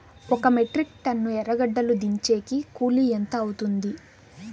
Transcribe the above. ఒక metric ton ఎర్రగడ్డలు దించేకి కూలి ఎంత అవుతుంది?